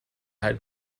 had